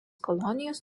kolonijos